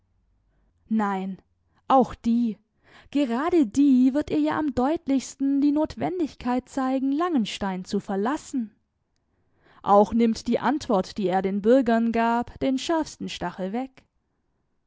nein auch die gerade die wird ihr ja am deutlichsten die notwendigkeit zeigen langenstein zu verlassen auch nimmt die antwort die er den bürgern gab den schärfsten stachel weg